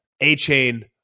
A-Chain